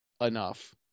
enough